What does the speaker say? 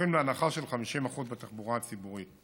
זוכים להנחה של 50% בתחבורה הציבורית,